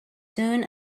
soon